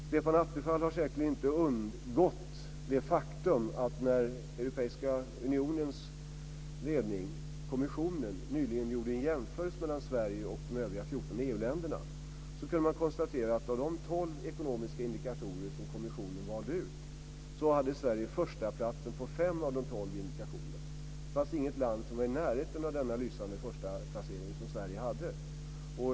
Stefan Attefall har säkerligen inte undgått det faktum att Europeiska unionens ledning, kommissionen, nyligen gjorde en jämförelse mellan Sverige och de övriga 14 EU-länderna. Kommissionen valde ut tolv ekonomiska indikatorer, och man kunde konstatera att Sverige hade förstaplatsen när det gällde fem av de tolv indikatorerna. Det fanns inget land som var i närheten av denna lysande förstaplacering som Sverige hade.